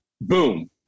boom